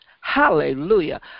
Hallelujah